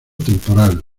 temporal